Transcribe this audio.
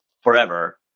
forever